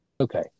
Okay